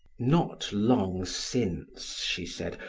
not long since, she said,